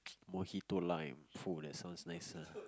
mojito lime !fuh! that sounds nice ah